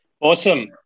Awesome